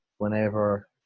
whenever